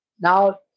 now